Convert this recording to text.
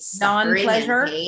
non-pleasure